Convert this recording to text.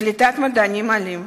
קליטת מדענים עולים,